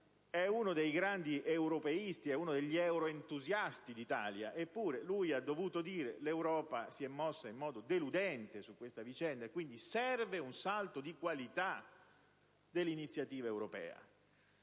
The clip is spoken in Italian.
uno dei grandi europeisti, uno degli euro-entusiasti d'Italia, ha dovuto dire che l'Europa si è mossa in modo deludente su questa vicenda e quindi serve un salto di qualità dell'iniziativa europea.